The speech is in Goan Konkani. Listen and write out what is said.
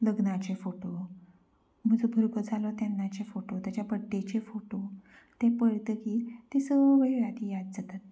लग्नाचे फोटो म्हजो भुरगो जालो तेन्नाचे फोटो तेज्या बड्डेचे फोटो ते पळयतगीर ते सगल्यो यादी याद जातात